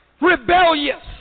Rebellious